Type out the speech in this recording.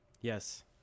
Yes